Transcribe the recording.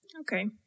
Okay